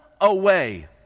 away